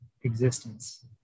existence